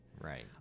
Right